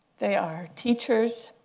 they are teachers.